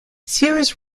sears